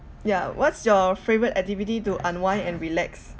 ya what's your favourite activity to unwind and relax